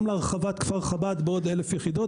להרחבת כפר חב"ד בעוד 1,000 יחידות.